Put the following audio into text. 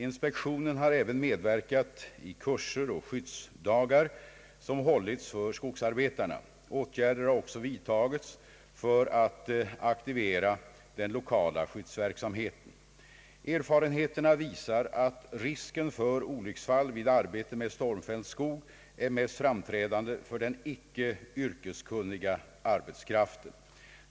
Inspektionen har även medverkat i kurser och skyddsdagar som hållits för skogsarbetarna. Åtgärder har också vidtagits för att aktivera den lokala skyddsverksamheten. Erfarenheterna visar att risken för olycksfall vid arbete med stormfälld skog är mest framträdande för den icke yrkeskunniga arbetskraften.